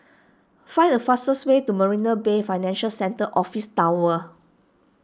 find the fastest way to Marina Bay Financial Centre Office Tower